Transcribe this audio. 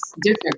different